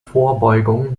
vorbeugung